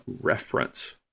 reference